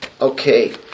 Okay